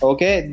Okay